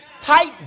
Tight